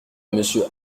monsieur